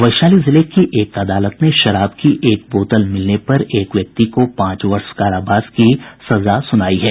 वैशाली जिले की एक अदालत ने शराब की एक बोतल मिलने पर एक व्यक्ति को पांच वर्ष कारावास की सजा सुनायी है